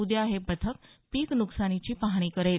उद्या हे पथक पिक न्कसानीची पाहणी करेल